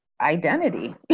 identity